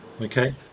Okay